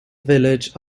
village